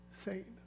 Saint